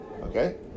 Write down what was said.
Okay